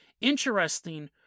interesting